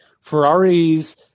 Ferrari's